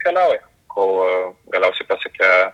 keliauja kol galiausiai pasiekia